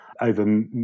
over